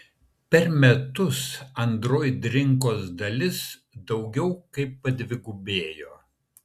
per metus android rinkos dalis daugiau kaip padvigubėjo